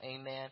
Amen